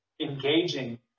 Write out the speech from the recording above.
engaging